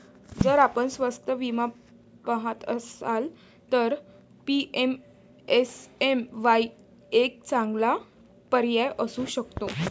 जर आपण स्वस्त विमा पहात असाल तर पी.एम.एस.एम.वाई एक चांगला पर्याय असू शकतो